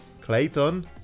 Clayton